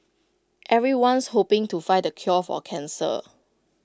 everyone's hoping to find the cure for cancer